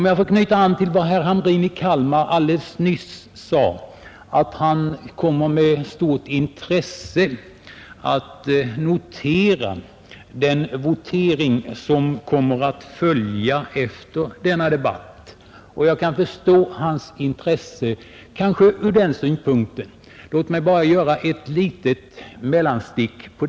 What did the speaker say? Jag vill knyta an till vad herr Hamrin nyss sade, nämligen att han med stort intresse skall notera den votering som kommer att äga rum efter denna debatt, och jag kan förstå hans intresse ur den synpunkten. Låt mig här bara göra ett litet mellanstick.